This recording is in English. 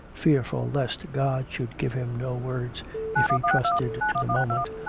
fearful lest god should give him no words if he trusted to the moment,